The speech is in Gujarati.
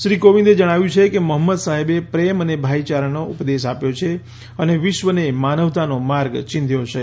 શ્રી કોવિંદે જણાવ્યું છે કે મોહમ્મદ સાહેબે પ્રેમ અને ભાઇયારાનો ઉપદેશ આપ્યો છે અને વિશ્વને માનવતાનો માર્ગ ચિંધ્યો છે